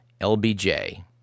LBJ